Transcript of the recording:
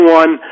one